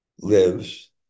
lives